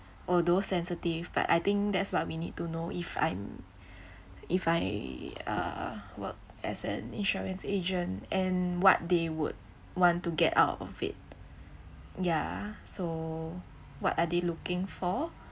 although sensitive but I think that's what we need to know if I'm if I uh work as an insurance agent and what they would want to get out of it yeah so what are they looking for